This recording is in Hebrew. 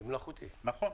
נכון.